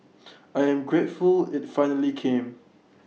I am grateful IT finally came